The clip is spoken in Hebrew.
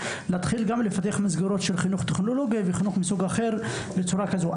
נתחיל לפתח בעיקר מסגרות של חינוך טכנולוגי וחינוך מסוג אחר בצורה כזאת.